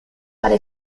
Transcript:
para